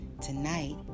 tonight